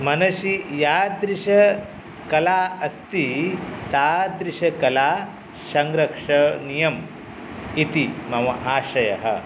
मनसि यादृश कला अस्ति तादृश कला संरक्षणीयं इति मम आशयः